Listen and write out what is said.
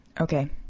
Okay